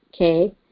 okay